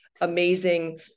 amazing